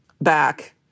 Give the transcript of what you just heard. back